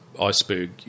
iceberg